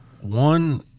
one